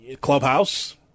clubhouse